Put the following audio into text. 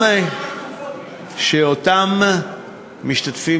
הוא היה בצבא, שאותם משתתפים